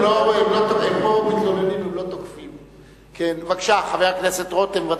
הם פה מתלוננים, הם לא תוקפים.